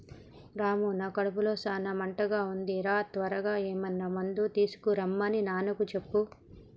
రాము నా కడుపులో సాన మంటగా ఉంది రా త్వరగా ఏమైనా మందు తీసుకొనిరమన్ని నాన్నకు చెప్పు